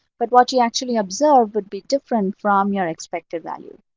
but what you actually observe would be different from your expected value.